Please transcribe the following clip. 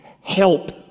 help